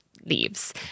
leaves